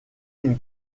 une